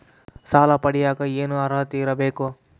ಸಾಲ ಪಡಿಯಕ ಏನು ಅರ್ಹತೆ ಇರಬೇಕು?